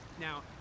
Now